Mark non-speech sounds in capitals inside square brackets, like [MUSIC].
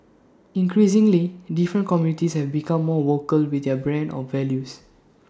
increasingly different communities have become more vocal with their brand of values [NOISE]